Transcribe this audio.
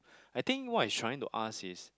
I think what it's trying to ask is